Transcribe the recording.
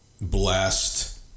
blessed